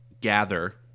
gather